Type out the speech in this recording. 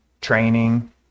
training